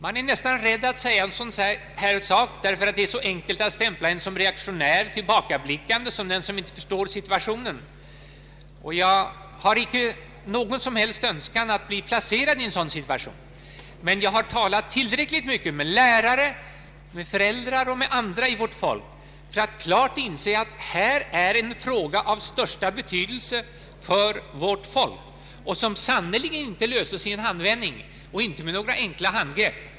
Jag är nästan rädd för att göra ett dylikt uttalande, eftersom det är mycket lätt att bli stämplad som reaktionär och till bakablickande, som den som inte förstår situationen. Jag har inte någon som helst önskan att bli betecknad på det sättet. Jag har dock talat tillräckligt mycket med lärare, med föräldrar och med andra i vårt folk för att klart inse att detta är en fråga av största betydelse, som sannerligen inte löses i en handvändning eller med några enkla handgrepp.